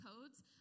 codes